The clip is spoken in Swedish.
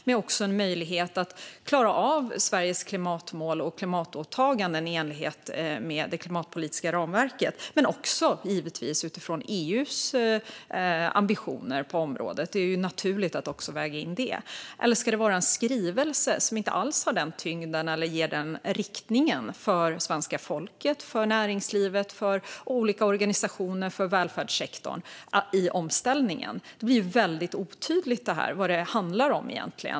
Det handlar om Sveriges klimatmål och klimatåtaganden i enlighet med det klimatpolitiska ramverket men givetvis också om EU:s ambitioner på detta område, som är naturligt att väga in. Eller blir det en skrivelse, som inte alls har samma tyngd eller ger samma riktning för svenska folket, näringslivet, organisationerna och välfärdssektorn i omställningen? Det är otydligt vad det handlar om.